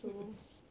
mm mm